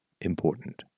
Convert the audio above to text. important